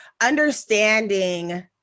understanding